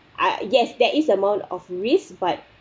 I yes there is amount of risk but